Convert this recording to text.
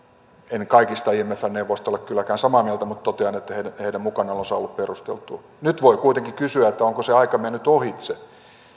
en kaikista imfn neuvoista ole kylläkään samaa mieltä mutta totean että heidän heidän mukanaolonsa on ollut perustelua nyt voi kuitenkin kysyä onko se aika mennyt ohitse